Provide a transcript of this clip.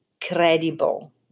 credible